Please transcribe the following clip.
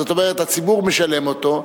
זאת אומרת שהציבור משלם אותו,